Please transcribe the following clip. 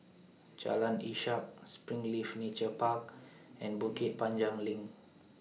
Jalan Ishak Springleaf Nature Park and Bukit Panjang LINK